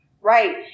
Right